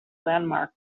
landmark